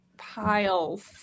Piles